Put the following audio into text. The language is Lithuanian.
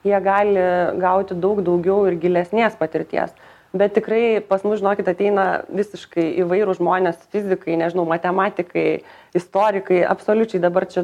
jie gali gauti daug daugiau ir gilesnės patirties bet tikrai pas mus žinokit ateina visiškai įvairūs žmonės fizikai nežinau matematikai istorikai absoliučiai dabar čia